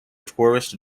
tourist